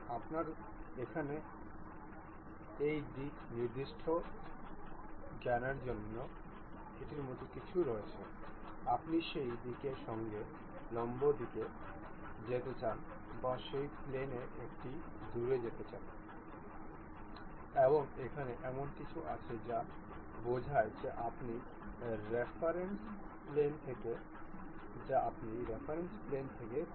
concentric নির্বাচনের জন্য আমরা এই বিশেষ ফেস টিকে কনসেন্ট্রিক হিসাবে এই ফেস টির সাথে সারিবদ্ধ করতে চাই এবং কয়েন্সিডেন্ট হওয়ার জন্য যে ফেস গুলি রয়েছে সেগুলি হল এই ফেস এবং এই ফেস টি